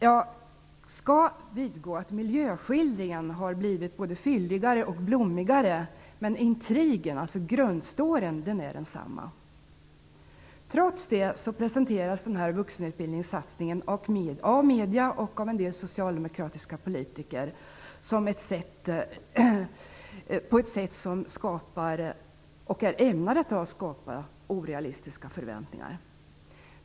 Jag skall vidgå att miljöskildringen har blivit både fylligare och blommigare. Men intrigen, alltså grundstoryn, är densamma. Trots det presenteras denna vuxenutbildningssatsning av medier och av en del socialdemokratiska politiker på ett sätt som är ämnat att skapa orealistiska förväntningar.